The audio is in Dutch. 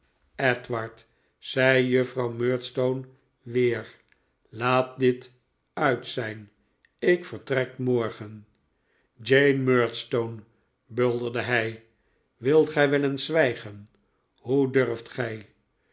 gijedward zei juffrouw murdstone weer laat dit uit zijn ik vertrek morgen jane murdstone bulderde hij wilt gij wel eens zwijgen hoe durft gij